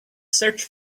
search